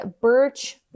Birch